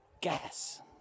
gas